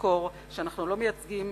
לזכור שאנחנו לא מייצגים,